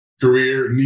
Career